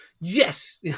yes